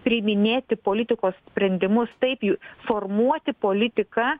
priiminėti politikos sprendimus taip jų formuoti politiką